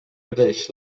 creix